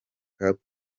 cup